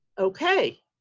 okay.